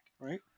Right